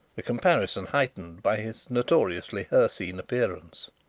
a comparison heightened by his notoriously hircine appearance.